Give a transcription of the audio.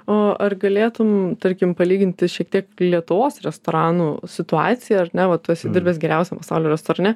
o ar galėtum tarkim palyginti šiek tiek lietuvos restoranų situaciją ar ne va tu esi dirbęs geriausiam pasaulio restorane